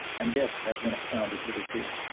and this has been expounded hitherto.